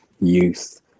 youth